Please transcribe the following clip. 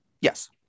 Yes